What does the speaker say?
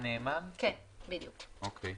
אוקיי.